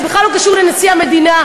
זה בכלל לא קשור לנשיא המדינה.